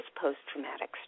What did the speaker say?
post-traumatic